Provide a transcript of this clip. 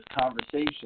conversation